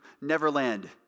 neverland